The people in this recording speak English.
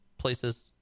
Places